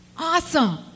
Awesome